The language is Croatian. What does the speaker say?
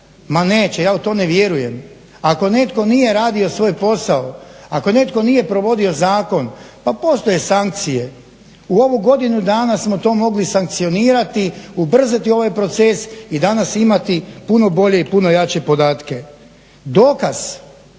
Ma neće, ja u to ne vjerujem. Ako netko nije radio svoj posao, ako netko nije provodio zakon pa postoje sankcije. U ovu godinu dana smo to mogli sankcionirati, ubrzati ovaj proces i danas imati puno bolje i puno jače podatke. Dokaz